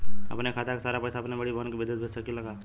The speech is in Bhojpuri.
अपने खाते क सारा पैसा अपने बड़ी बहिन के विदेश भेज सकीला का?